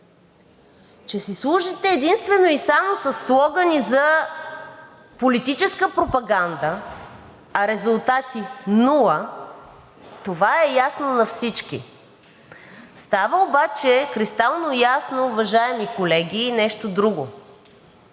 Че си служите единствено и само със слогани за политическа пропаганда, а резултатите са нула, това е ясно на всички. Става обаче кристално ясно, уважаеми колеги, и нещо друго